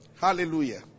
Hallelujah